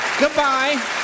Goodbye